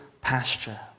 pasture